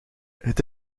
het